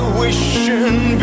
wishing